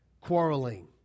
Quarreling